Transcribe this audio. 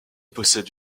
possède